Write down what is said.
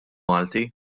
malti